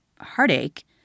heartache